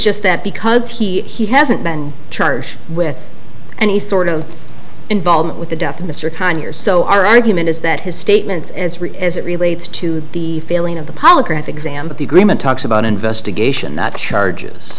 just that because he hasn't been charged with any sort of involvement with the death of mr conyers so our argument is that his statements as it relates to the feeling of the polygraph exam that the agreement talks about investigation that charges